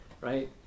right